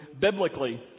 Biblically